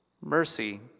Mercy